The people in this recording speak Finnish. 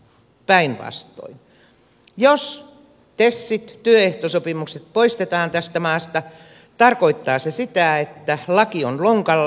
jos tesit työehtosopimukset poistetaan tästä maasta tarkoittaa se sitä että laki on lonkalla